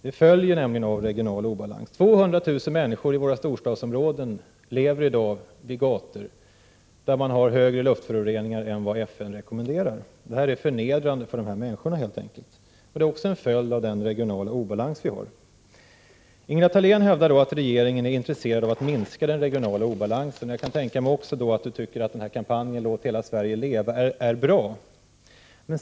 Det följer nämligen av regional obalans. 200 000 människor i våra storstadsområden lever i dag vid gator där luftföroreningarna är värre än vad FN rekommenderar. Det är förnedrande för de människorna, helt enkelt, och det är en följd av den regionala obalans vi har. Ingela Thalén hävdar att regeringen är intresserad av att minska den regionala obalansen. Jag kan tänka mig att hon tycker att kampanjen Låt hela Sverige leva är bra.